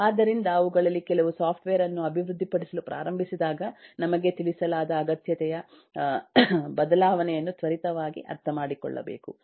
ಆದ್ದರಿಂದ ಅವುಗಳಲ್ಲಿ ಕೆಲವು ಸಾಫ್ಟ್ವೇರ್ ಅನ್ನು ಅಭಿವೃದ್ಧಿಪಡಿಸಲು ಪ್ರಾರಂಭಿಸಿದಾಗ ನಿಮಗೆ ತಿಳಿಸಲಾದ ಅಗತ್ಯತೆಯ ಬದಲಾವಣೆಯನ್ನು ತ್ವರಿತವಾಗಿ ಅರ್ಥಮಾಡಿಕೊಳ್ಳಬಹುದು